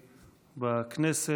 בכנסת.